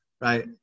right